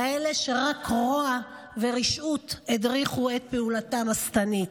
כאלה שרק רוע ורשעות הדריכו את פעולתם השטנית.